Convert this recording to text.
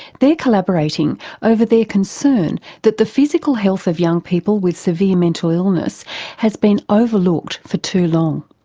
they're collaborating over their concern that the physical health of young people with severe mental illness has been overlooked for too long.